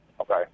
Okay